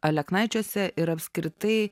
aleknaičiuose ir apskritai